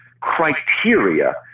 criteria